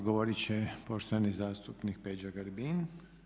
Odgovorit će poštovani zastupnik Peđa Grbin.